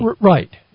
Right